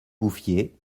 bouffier